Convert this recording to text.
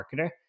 marketer